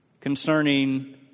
concerning